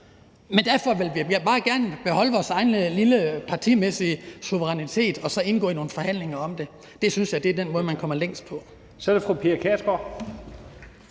Men derfor vil vi alligevel bare gerne beholde vores egen lille partimæssige suverænitet og så indgå i nogle forhandlinger om det. Det synes jeg er den måde, man kommer længst på.